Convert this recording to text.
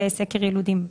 ילודים.